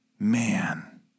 Man